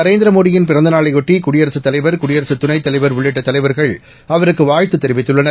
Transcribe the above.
நரேந்திரமோடியின் பிறந்த நாளையொட்டி குடியரசுத் தலைவர் குடியரசு துணைத்தலைவர் உள்ளிட்ட தலைவர்கள் அவருக்கு வாழ்த்து தெரிவித்துள்ளனர்